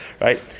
Right